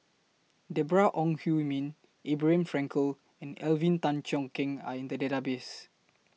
Deborah Ong Hui Min Abraham Frankel and Alvin Tan Cheong Kheng Are in The Database